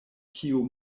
kiu